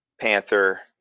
panther